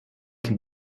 can